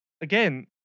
Again